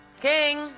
King